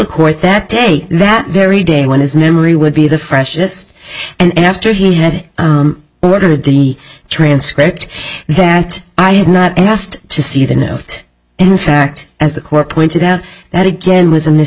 court that day that very day when his memory would be the freshest and after he had ordered the transcript that i had not asked to see the note in fact as the core pointed out that again was